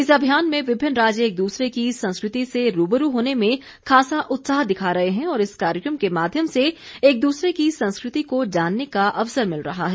इस अभियान में विभिन्न राज्य एक दूसरे की संस्कृति से रूबरू होने में खासा उत्साह दिखा रहे हैं और इस कार्यक्रम के माध्यम से एक दूसरे की संस्कृति को जानने का अवसर मिल रहा है